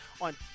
on